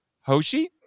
Hoshi